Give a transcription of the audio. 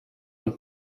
und